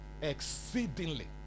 exceedingly